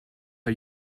are